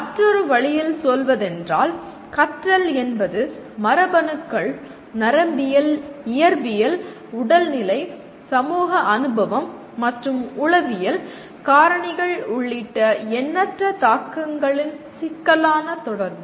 மற்றொரு வழியில் சொல்வதென்றால் கற்றல் என்பது மரபணுக்கள் நரம்பியல் இயற்பியல் உடல் நிலை சமூக அனுபவம் மற்றும் உளவியல் காரணிகள் உள்ளிட்ட எண்ணற்ற தாக்கங்களின் சிக்கலான தொடர்பு